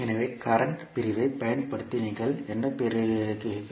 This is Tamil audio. எனவே கரண்ட் பிரிவைப் பயன்படுத்தி நீங்கள் என்ன பெறுகிறீர்கள்